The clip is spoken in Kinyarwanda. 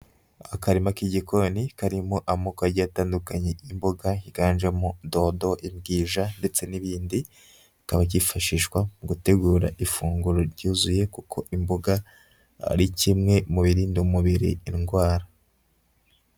Akarima k'igikoni karimo amoko agiye atandukanye, imboga higanjemo dodo, imbwija ndetse n'ibindi, kikaba kifashishwa mu gutegura ifunguro ryuzuye kuko imboga ari kimwe mu birinda umubiri indwara.